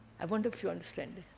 i wonder if you understand